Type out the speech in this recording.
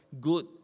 good